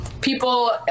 people